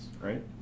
right